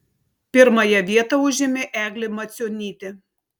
pirmąją vietą užėmė eglė macionytė